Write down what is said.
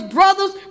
brothers